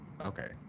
okay